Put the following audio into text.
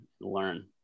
learn